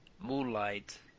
moonlight